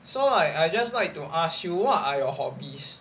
so I I like to ask you what are your hobbies